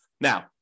Now